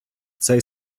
цей